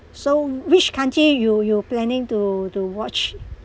so which country you you planning to to watch